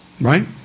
Right